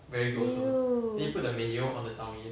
!eww!